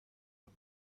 the